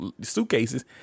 suitcases